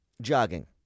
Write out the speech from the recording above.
Jogging